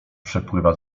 przepływa